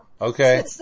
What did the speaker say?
Okay